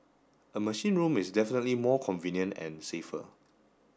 a machine room is definitely more convenient and safer